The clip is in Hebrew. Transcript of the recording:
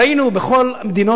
ראינו בכל המדינות,